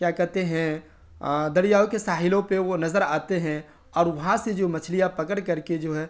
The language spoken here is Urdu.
کیا کہتے ہیں دریاؤں کے ساحلوں پہ وہ نظر آتے ہیں اور وہاں سے جو مچھلیاں پکڑ کر کے جو ہے